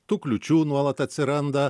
tų kliūčių nuolat atsiranda